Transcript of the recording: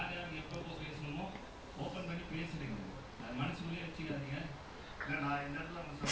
he usually sanjay damn scared you know like her like you know ஒடப்போது:odappothu like sanjay like just he didn't even bother tackling !wah! damn sad